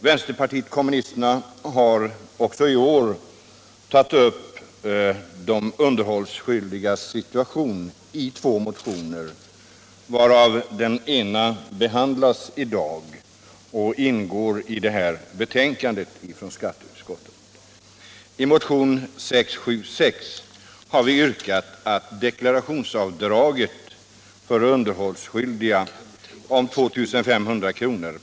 Vänsterpartiet kommunisterna har också i år tagit upp de underhållsskyldigas situation i två motioner, varav den ena behandlas i det betänkande från skatteutskottet som vi i dag diskuterar. I motionen 676 har vi yrkat att deklarationsavdraget för underhållsskyldiga om 2 500 kr.